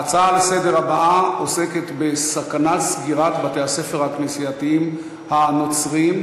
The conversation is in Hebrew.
ההצעה הבאה לסדר-היום עוסקת בסכנת סגירת בתי-הספר הכנסייתיים הנוצריים,